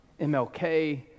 MLK